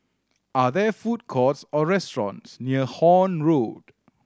are there food courts or restaurants near Horne Road